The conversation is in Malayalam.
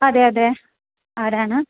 അതെ അതെ ആരാണ്